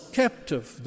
captive